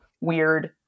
weird